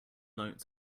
note